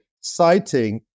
citing